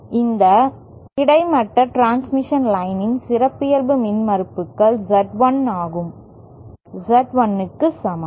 இந்த கிடைமட்ட transmission line இன் சிறப்பியல்பு மின்மறுப்புகள் Z 1 க்கு சமம்